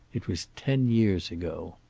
it was ten years ago.